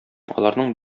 аларның